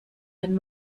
den